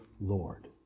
Lord